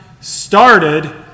started